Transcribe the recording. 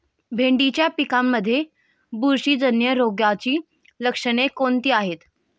भेंडीच्या पिकांमध्ये बुरशीजन्य रोगाची लक्षणे कोणती आहेत?